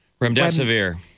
Remdesivir